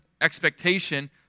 expectation